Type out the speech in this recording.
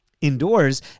indoors